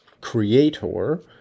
creator